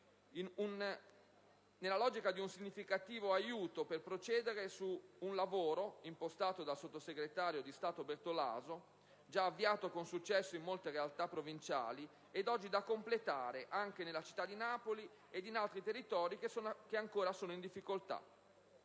nella logica di un aiuto significativo per procedere, secondo una direzione impostata dal sottosegretario di Stato Bertolaso, ad un lavoro già avviato con successo in molte realtà provinciali ed oggi da completare anche nella città di Napoli e in altri territori che ancora sono in difficoltà.